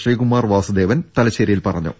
Sreekumar Vasudevan തല ശ്ശേരിയിൽ പറഞ്ഞു